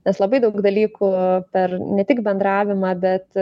nes labai daug dalykų per ne tik bendravimą bet